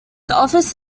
office